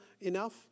enough